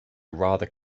rather